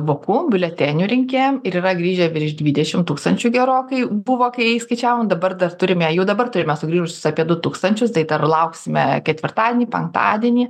vokų biuletenių rinkėjam ir yra grįžę virš dvidešim tūkstančių gerokai buvo kai skaičiavom dabar dar turime jau dabar turime sugrįžusius apie du tūkstančius tai dar lauksime ketvirtadienį penktadienį